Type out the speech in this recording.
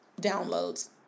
downloads